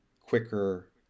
quicker